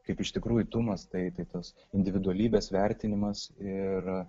kaip iš tikrųjų tu mąstai tai tos individualybės vertinimas ir